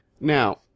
Now